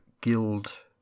Guild